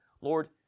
Lord